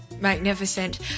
magnificent